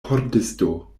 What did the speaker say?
pordisto